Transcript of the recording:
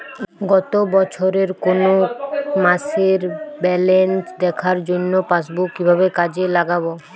গত বছরের কোনো মাসের ব্যালেন্স দেখার জন্য পাসবুক কীভাবে কাজে লাগাব?